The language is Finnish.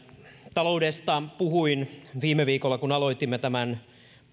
taloudesta puhuin viime viikolla kun aloitimme tämän